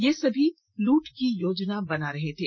ये सभी लूट की योजना बना रहे थे